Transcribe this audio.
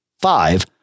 five